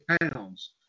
pounds